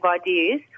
ideas